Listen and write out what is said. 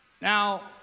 Now